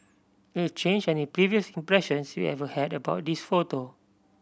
it'll change any previous impressions you ever had about this photo